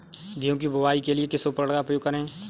गेहूँ की बुवाई के लिए किस उपकरण का उपयोग करें?